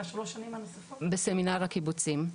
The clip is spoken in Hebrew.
בסמינר הקיבוצים.